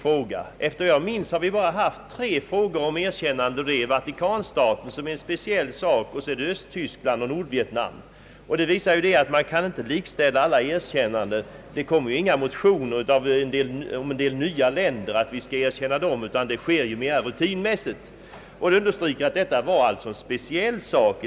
Riksdagen har endast haft att behandla frågor om erkännande av tre stater — Vatikanstaten, som är något speciell, Östtyskland och Nordvietnam. Det visar att man inte kan likställa alla erkännanden. Det väcks inga motioner om att erkänna vissa nya länder, utan sådana erkännanden sker mer rutinmässigt. Jag vill understryka att detta var någonting speciellt.